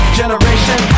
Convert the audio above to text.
generation